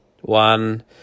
One